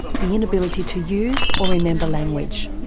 the inability to use or remember language.